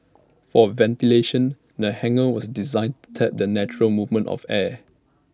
for ventilation the hangar was designed to tap the natural movement of air